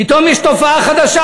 פתאום יש תופעה חדשה,